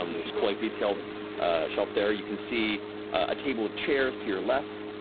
um this cool like detailed shelf there. you can see a table with chairs to your left.